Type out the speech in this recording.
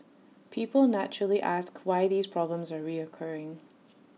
people naturally ask why these problems are reoccurring